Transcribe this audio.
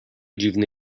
dziwny